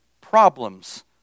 problems